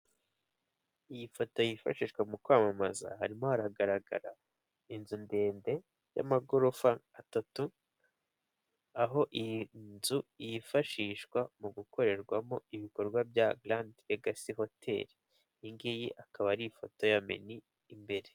Iyi foto yifashishwa mu kwamamaza harimo haragaragara inzu ndende y'amagorofa atatu, aho iyi nzu yifashishwa mu gukorerwamo ibikorwa bya Garandi Ligasi hoteli, iyi ngiyi akaba ari ifoto ya meni imbere.